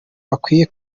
bakwiye